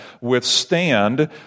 withstand